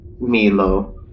Milo